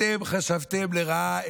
אתם חשבתם לרעה,